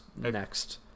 next